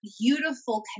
beautiful